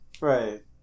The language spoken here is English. Right